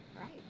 right